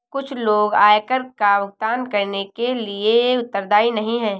कुछ लोग आयकर का भुगतान करने के लिए उत्तरदायी नहीं हैं